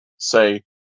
say